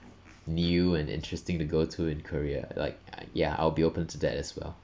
new and interesting to go to in korea like ah ya I'll be open to that as well